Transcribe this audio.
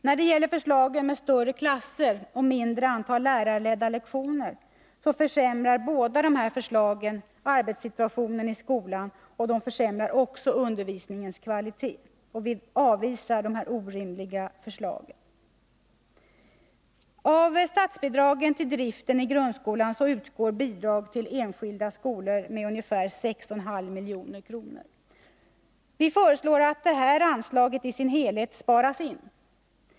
När det gäller förslagen om större klasser och ett mindre antal lärarledda lektioner, så försämrar båda dessa förslag arbetssituationen i skolan, och de försämrar också undervisningens kvalitet. Vpk avvisar dessa orimliga förslag. Av statsbidragen till driften av grundskolan utgår bidrag till enskilda skolor med ungefär 6,5 milj.kr. Vpk föreslår att detta anslag i sin helhet sparas in.